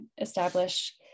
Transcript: establish